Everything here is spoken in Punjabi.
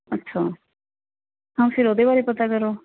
ਅੱਛਾ ਹਾਂ ਫਿਰ ਉਹਦੇ ਬਾਰੇ ਪਤਾ ਕਰੋ